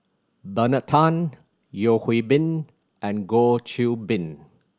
Bernard Tan Yeo Hwee Bin and Goh Qiu Bin